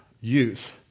youth